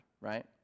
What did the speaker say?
right